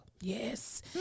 Yes